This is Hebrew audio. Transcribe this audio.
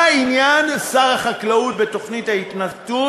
מה עניין שר החקלאות בתוכנית ההתנתקות?